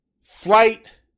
flight